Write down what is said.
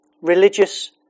Religious